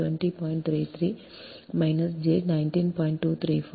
33 minus j 19